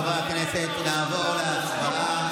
חברי הכנסת, נעבור להצבעה.